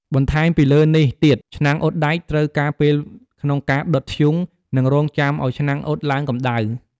បន្ថែមពីលើនេះទៀត ឆ្នាំងអ៊ុតដែកត្រូវការពេលក្នុងការដុតធ្យូង និងរង់ចាំឱ្យឆ្នាំងអ៊ុតឡើងកម្ដៅ។